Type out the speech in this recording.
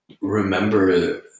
remember